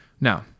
Now